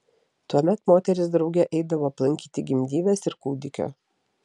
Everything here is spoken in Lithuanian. tuomet moterys drauge eidavo aplankyti gimdyvės ir kūdikio